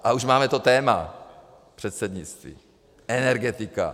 A už máme to téma předsednictví, energetika.